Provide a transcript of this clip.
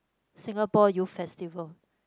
Singapore Youth Festival